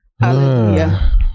hallelujah